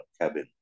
cabin